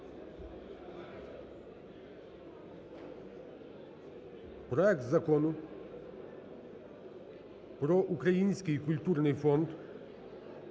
проект Закону про Український культурний фонд